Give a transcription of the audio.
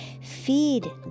feed